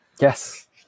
yes